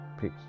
Peace